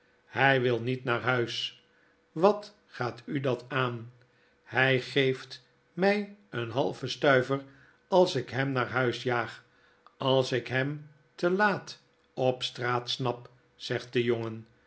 hy wil niet naar huis wat gaat u dat aan hy geeft my een halven stuiver als ik hem naar huis jaag als ik hem te laat op straat stap zegt de jongen